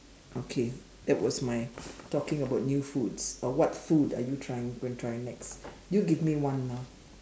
okay that was my talking about new foods uh what food are you trying going try next you give me one now